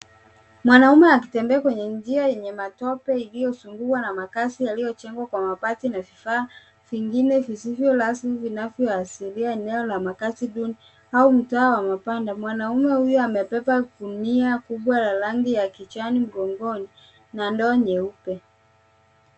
Mwanaume akitembea kwenye njia yenye matope iliyozungukwa na makaazi yaliyojengwa kwa mabati na vifaa vingine visivyo rasmi vinavyoashiria eneo la makaazi duni au mtaa wa mabanda. Mwanaume huyo amebeba gunia kubwa la rangi ya kijani mgongoni na ndoo nyeupe.